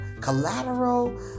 collateral